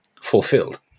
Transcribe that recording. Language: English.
fulfilled